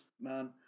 man